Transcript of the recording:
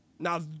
Now